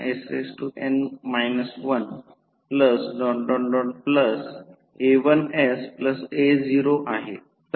तर V2 V 1 बरोबर 0 म्हणून केव्हीएल लागू करा हीच गोष्ट आपण तिथे लागू केली आहे